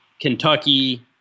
Kentucky